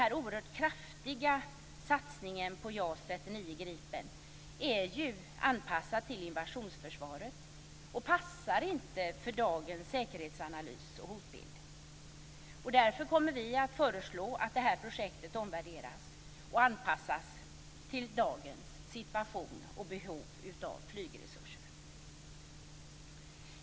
Den oerhört kraftiga satsningen på JAS 39 Gripen är ju anpassad till invasionsförsvaret och passar inte för dagens säkerhetsanalys och hotbild. Därför kommer vi att föreslå att projektet omvärderas och anpassas till dagens situation och behov av flygresurser.